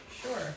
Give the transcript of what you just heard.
sure